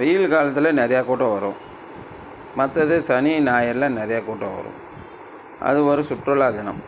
வெயில் காலத்தில் நிறைய கூட்டம் வரும் மற்றது சனி ஞாயிறில் நிறைய கூட்டம் வரும் அது ஒரு சுற்றுலா தினம்